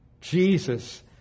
Jesus